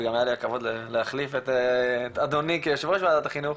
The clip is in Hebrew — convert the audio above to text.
וגם היה לי את הכבוד להחליף את אדוני כיו"ר ועדת החינוך,